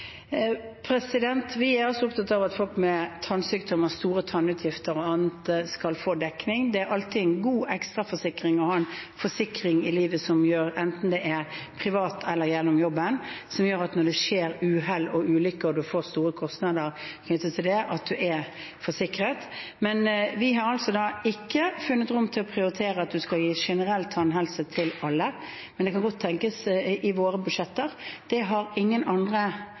Vi er også opptatt av at folk med tannsykdommer og store tannutgifter og annet skal få dekket det. Det er alltid godt å ha en ekstra forsikring i livet, enten det er privat eller gjennom jobben, som gjør at når det skjer uhell og ulykker og man får store kostnader knyttet til det, er man forsikret. Vi har altså ikke funnet rom til å prioritere å gi generell tannhelsehjelp til alle – men det kan godt tenkes – i våre budsjetter. Det har heller ikke noen andre